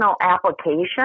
application